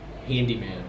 Handyman